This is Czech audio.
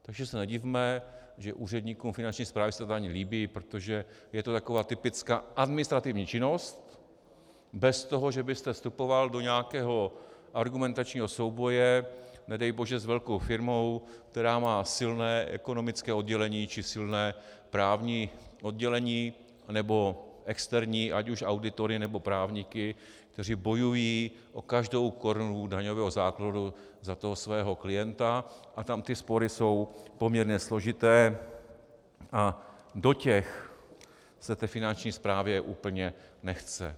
Takže se nedivme, že úředníkům Finanční správy se ta daň líbí, protože je to taková typická administrativní činnost bez toho, že byste vstupoval do nějakého argumentačního souboje, nedej bože s velkou firmou, která má velké, silné ekonomické oddělení či silné právní oddělení nebo externí ať už auditory, nebo právníky, kteří bojují o každou korunu daňového základu za toho svého klienta, a tam ty spory jsou poměrně složité a do těch se té Finanční správě úplně nechce.